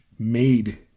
made